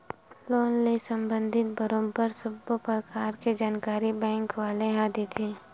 loan ले संबंधित बरोबर सब्बो परकार के जानकारी बेंक वाले ह देथे